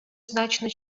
значно